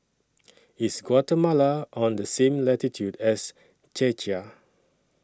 IS Guatemala on The same latitude as Czechia